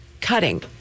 cutting